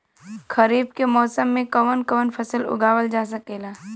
खरीफ के मौसम मे कवन कवन फसल उगावल जा सकेला?